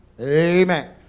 Amen